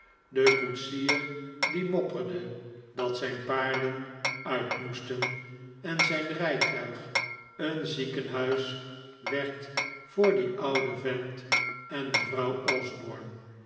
de koetsier die mopperde dat zijn paarden uit moesten en zijn rijtuig een ziekenhuis werd voor dien ouden vent en mevrouw osborne